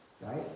Right